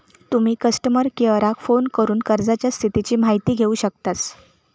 तुम्ही कस्टमर केयराक फोन करून कर्जाच्या स्थितीची माहिती घेउ शकतास